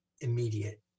immediate